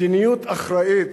מדיניות אחראית,